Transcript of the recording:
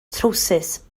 trowsus